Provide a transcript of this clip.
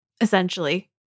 essentially